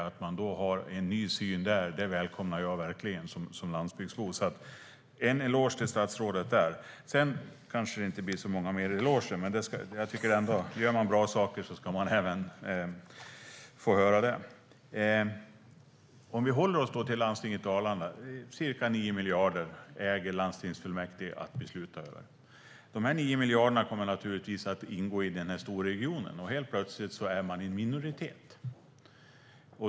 Att man har en ny syn där välkomnar jag verkligen, som landsbygdsbo. Jag vill ge en eloge till statsrådet för det. Sedan kanske det inte blir så många fler eloger, men jag tycker: Gör man bra saker ska man få höra det. Vi kan hålla oss till Landstinget Dalarna. Ca 9 miljarder äger landstingsfullmäktige att besluta över. De här 9 miljarderna kommer naturligtvis att ingå i den här storregionen. Och helt plötsligt är man en minoritet.